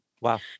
Wow